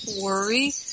worry